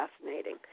fascinating